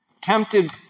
tempted